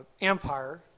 empire